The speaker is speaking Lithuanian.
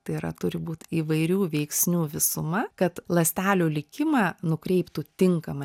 tai yra turi būt įvairių veiksnių visuma kad ląstelių likimą nukreiptų tinkama